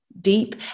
deep